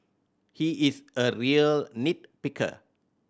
he is a real nit picker